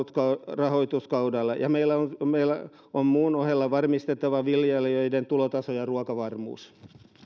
rahoituskaudella ja meidän on muun ohella varmistettava viljelijöiden tulotaso ja ruokavarmuus